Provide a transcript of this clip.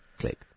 click